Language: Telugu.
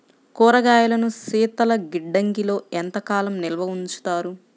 కూరగాయలను శీతలగిడ్డంగిలో ఎంత కాలం నిల్వ ఉంచుతారు?